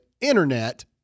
internet